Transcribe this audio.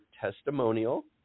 testimonial